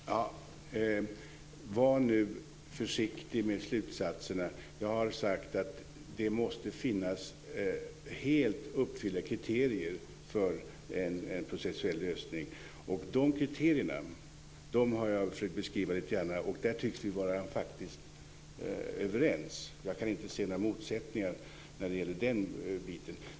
Fru talman! Var nu försiktig med slutsatserna. Jag har sagt att kriterierna för en processuell lösning måste vara helt uppfyllda. Och dessa kriterier har jag försökt att beskriva lite grann, och där tycks vi faktiskt vara överens. Jag kan inte se några motsättningar när det gäller detta.